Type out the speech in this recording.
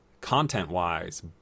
content-wise